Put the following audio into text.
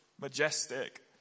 majestic